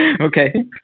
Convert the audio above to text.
Okay